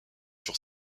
sur